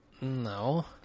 No